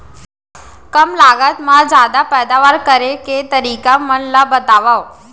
कम लागत मा जादा पैदावार करे के तरीका मन ला बतावव?